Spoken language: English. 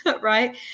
right